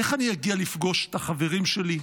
איך אני אגיע לפגוש את החברים שלי?